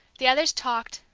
the others talked,